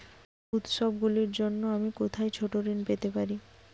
উত্সবগুলির জন্য আমি কোথায় ছোট ঋণ পেতে পারি?